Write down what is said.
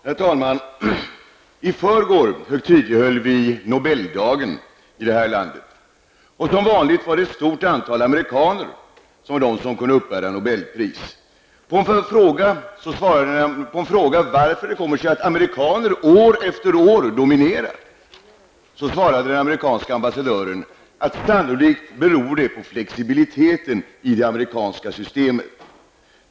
Herr talman! I förrgår högtidlighöll vi nobeldagen i det här landet. Som vanligt var det ett stort antal amerikaner som kunde uppbära nobelpris. På en fråga hur det kom sig att amerikaner år efter år dominerar svarade den amerikanska ambassadören att det sannolikt beror på flexibiliteten i det amerikanska systemet.